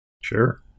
sure